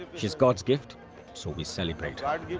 she is god's gift so we celebrate. ah